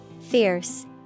Fierce